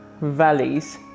valleys